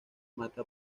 mata